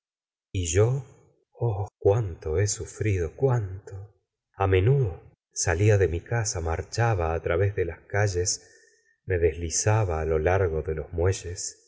y yo oh cuánto he sufrido cuánto a menudo salia de mi casa marchaba á través de las calles me deslizaba á lo largo de los muelles